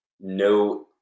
no